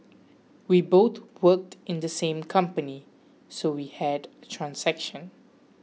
we both work in the same company so we had transaction